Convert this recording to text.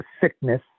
sickness